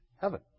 heaven